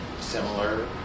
similar